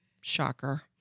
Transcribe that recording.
Shocker